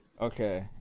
Okay